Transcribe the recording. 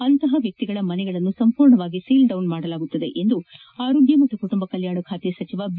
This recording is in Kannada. ಅಂತಹ ವ್ಯಕ್ತಿಗಳ ಮನೆಯನ್ನು ಸಂಪೂರ್ಣವಾಗಿ ಸೀಲ್ಡೌನ್ ಮಾಡಲಾಗುತ್ತದೆ ಎಂದು ಆರೋಗ್ಯ ಮತ್ತು ಕುಟುಂಬ ಕಲ್ಯಾಣ ಖಾತೆ ಸಚಿವ ಬಿ